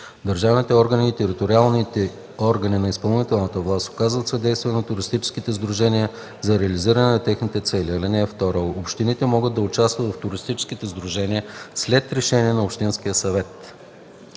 Държавните органи и териториалните органи на изпълнителната власт оказват съдействие на туристическите сдружения за реализиране на техните цели. (2) Общините могат да членуват в туристически сдружения след решение на общинския съвет.”